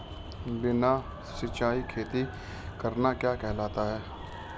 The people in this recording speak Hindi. बिना सिंचाई खेती करना क्या कहलाता है?